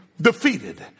defeated